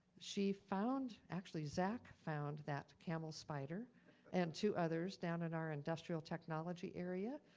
she found, actually zach found that camel spider and two others down in our industrial technology area,